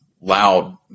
loud